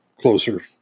closer